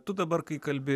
tu dabar kai kalbi